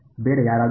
ಬೇರೆ ಯಾರಾದರು